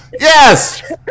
Yes